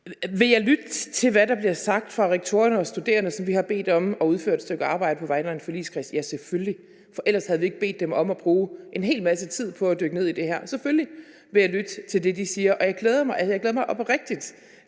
Vil jeg lytte til, hvad der bliver sagt af rektorerne og de studerende, som vi har bedt om at udføre et stykke arbejde på vegne af en forligskreds? Ja, selvfølgelig, for ellers havde vi ikke bedt dem om at bruge en hel masse tid på at dykke ned i det her. Selvfølgelig vil jeg lytte til det, de siger, og jeg glæder mig, altså